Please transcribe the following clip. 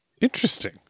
Interesting